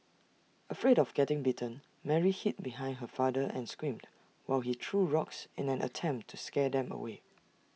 afraid of getting bitten Mary hid behind her father and screamed while he threw rocks in an attempt to scare them away